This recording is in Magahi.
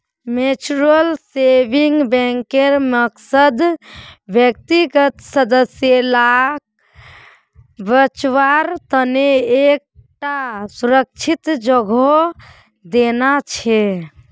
म्यूच्यूअल सेविंग्स बैंकेर मकसद व्यक्तिगत सदस्य लाक बच्वार तने एक टा सुरक्ष्हित जोगोह देना छे